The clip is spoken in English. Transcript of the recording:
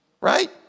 Right